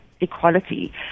equality